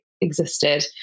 existed